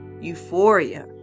euphoria